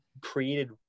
created